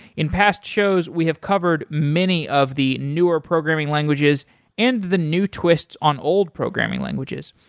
in past shows we have covered many of the newer programming languages and the new twists on old programming languages.